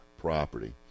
property